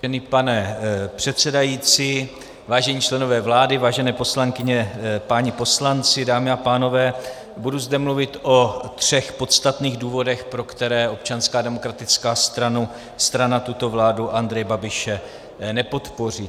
Vážený pane předsedající, vážení členové vlády, vážené poslankyně, páni poslanci, dámy a pánové, budu zde mluvit o třech podstatných důvodech, pro které Občanská demokratická strana tuto vládu Andreje Babiše nepodpoří.